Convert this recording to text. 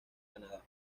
canadá